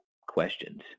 questions